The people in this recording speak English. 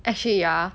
actually ya